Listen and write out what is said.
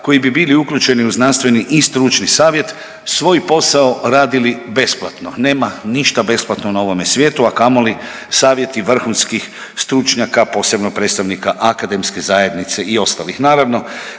koji bi bili uključeni u znanstveni i stručni savjet, svoj posao radili besplatno. Nema ništa besplatno na ovome svijetu, a kamoli savjeti vrhunskih stručnjaka, posebno predstavnika akademske zajednice i ostalih.